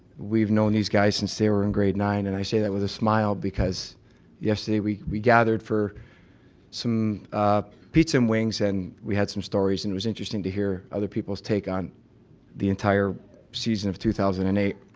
we've known these guys since they were in grade nine, and i say that with a smile because yesterday we we gathered for some pizza and wings, and we had some stories, and it was interesting to hear other people's take on the entire season of two thousand and eight.